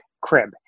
crib